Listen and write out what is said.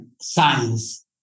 science